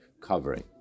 covering